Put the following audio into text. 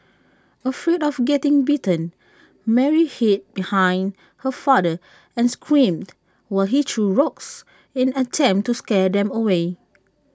afraid of getting bitten Mary hid behind her father and screamed while he threw rocks in an attempt to scare them away